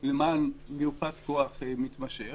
למען מיופת כוח מתמשך,